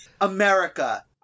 America